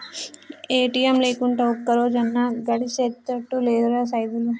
ATM లేకుంటే ఒక్కరోజన్నా గడిసెతట్టు లేదురా సైదులు